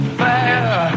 fire